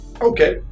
Okay